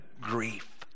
grief